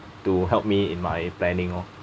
to help me in my planning loh